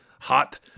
hot